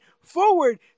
Forward